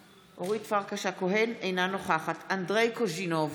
אינה נוכחת אנדרי קוז'ינוב,